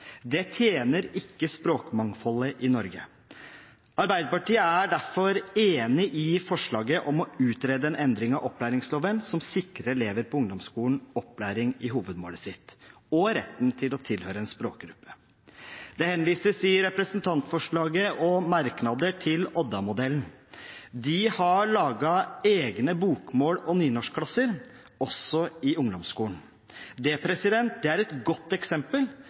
Det tjener ikke språkmangfoldet i Norge. Arbeiderpartiet er derfor enig i forslaget om å utrede en endring av opplæringsloven som sikrer elever på ungdomsskolen opplæring i hovedmålet sitt og retten til å tilhøre en språkgruppe. Det henvises i representantforslaget, og i merknader, til Odda-modellen. I Odda er det laget egne bokmåls- og nynorskklasser også i ungdomsskolen. Det er et godt eksempel